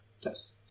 Yes